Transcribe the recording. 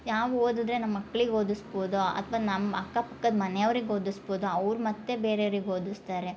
ನಾವು ಓದಿದ್ರೆ ನಮ್ಮ ಮಕ್ಳಿಗೆ ಓದುಸ್ಬೋದು ಅಥ್ವ ನಮ್ಮ ಅಕ್ಕಪಕ್ಕದ ಮನೆಯವ್ರಿಗೆ ಓದುಸ್ಬೋದು ಅವ್ರು ಮತ್ತು ಬೇರೆಯವ್ರಿಗೆ ಓದುಸ್ತಾರೆ